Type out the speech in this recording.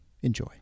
enjoy